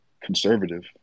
conservative